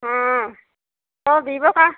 हाँ और वीवो का